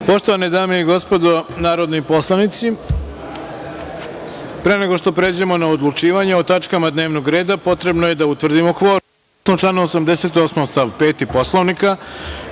Poštovane dame i gospodo narodni poslanici, pre nego što pređemo na odlučivanje o tačkama dnevnog reda, potrebno je da utvrdimo kvorum. Saglasno članu 88. stav 5. Poslovnika